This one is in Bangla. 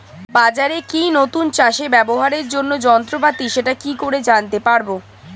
বাজারে কি নতুন চাষে ব্যবহারের জন্য যন্ত্রপাতি সেটা কি করে জানতে পারব?